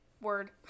word